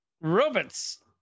robots